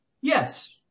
Yes